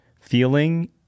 feeling